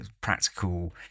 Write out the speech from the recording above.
practical